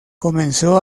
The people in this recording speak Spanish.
comenzó